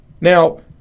Now